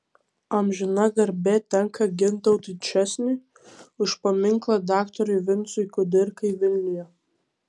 amžina garbė tenka gintautui česniui už paminklą daktarui vincui kudirkai vilniuje